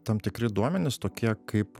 tam tikri duomenys tokie kaip